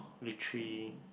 literally